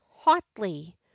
Hotly